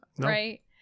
right